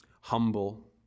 humble